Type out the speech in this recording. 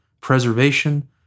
preservation